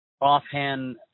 offhand